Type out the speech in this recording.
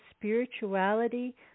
spirituality